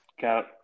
Got –